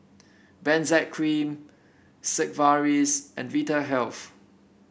Benzac Cream Sigvaris and Vitahealth